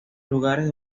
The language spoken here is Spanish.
lugares